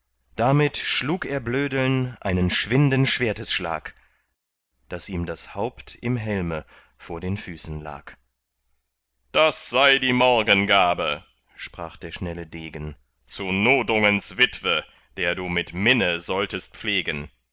damit schlug er blödeln einen schwinden schwertesschlag daß ihm das haupt im helme vor den füßen lag das sei die morgengabe sprach der schnelle degen zu nudungens witwe der du mit minne solltest pflegen